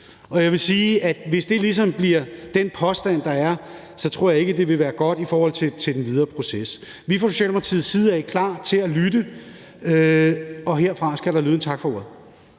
og jeg vil sige, at hvis det ligesom bliver den påstand, der kommer til at være, så tror jeg ikke, det vil være godt i forhold til den videre proces. Vi er fra Socialdemokratiets side af klar til at lytte, og herfra skal der lyde en tak for ordet.